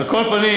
על כל פנים,